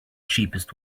cheapest